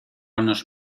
unos